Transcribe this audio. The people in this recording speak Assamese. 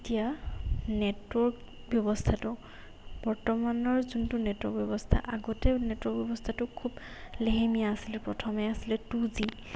এতিয়া নেটৱৰ্ক ব্যৱস্থাটো বৰ্তমানৰ যোনটো নেটৱৰ্ক ব্যৱস্থা আগতে নেটৱৰ্ক ব্যৱস্থাটো খুব লেহেমীয়া আছিলে প্ৰথমে আছিলে টু জি